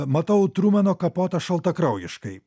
matau trumano kapotą šaltakraujiškai